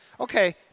Okay